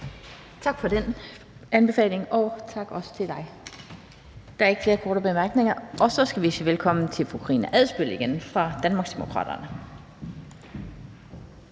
Tak for den anbefaling, og også tak til dig. Der er ikke nogen korte bemærkninger. Så skal vi igen sige velkommen fru Karina Adsbøl fra Danmarksdemokraterne.